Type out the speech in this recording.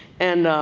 and